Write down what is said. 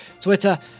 Twitter